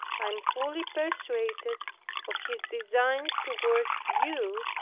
i am fully persuaded of his designs toward you,